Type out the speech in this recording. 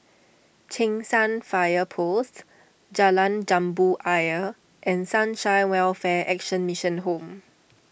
Cheng San Fire Post Jalan Jambu Ayer and Sunshine Welfare Action Mission Home